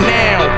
now